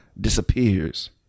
disappears